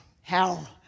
hell